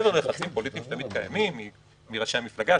מעבר ללחצים פוליטיים שתמיד קיימים מראשי המפלגה,